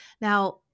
Now